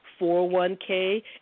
401K